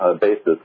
basis